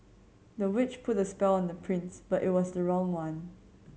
the witch put a on the prince but it was the wrong one